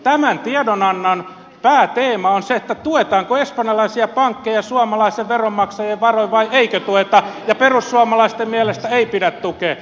tämän tiedonannon pääteema on se tuetaanko espanjalaisia pankkeja suomalaisten veronmaksajien varoin vai eikö tueta ja perussuomalaisten mielestä ei pidä tukea